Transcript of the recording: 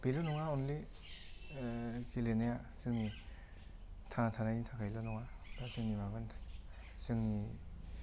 बेल' नङा अन्लि गेलेनाया जोंनि थांना थानायनि थाखायल' नङा दा जोंनि माबानि थाखाय जोंनि